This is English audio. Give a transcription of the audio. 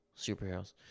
superheroes